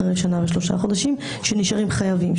אחרי שנה ושלושה חודשים שנשארים חייבים,